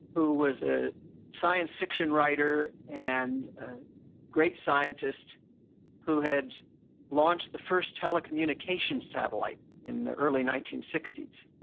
who was a science fiction writer and a great scientist who had launched the first telecommunication satellite in the early nineteen sixty s,